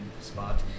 spot